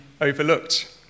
overlooked